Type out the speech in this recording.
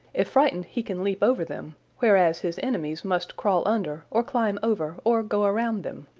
if frightened he can leap over them, whereas his enemies must crawl under or climb over or go around them.